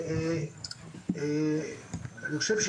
אני חושב,